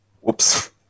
Whoops